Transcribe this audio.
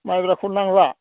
माइब्राखौ नांला